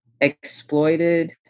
exploited